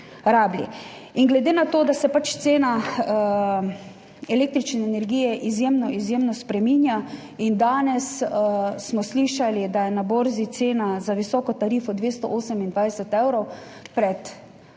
In glede na to, da se pač cena električne energije izjemno, izjemno spreminja in danes smo slišali, da je na borzi cena za visoko tarifo 228 evrov,